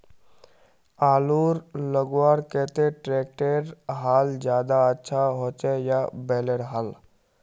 आलूर लगवार केते ट्रैक्टरेर हाल ज्यादा अच्छा होचे या बैलेर हाल?